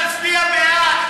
נצביע בעד.